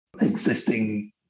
existing